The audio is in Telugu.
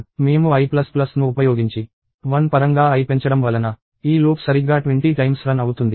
మేము i ప్లస్ ప్లస్ i ను ఉపయోగించి 1 పరంగా i పెంచడం వలన ఈ లూప్ సరిగ్గా 20 సార్లు రన్ అవుతుంది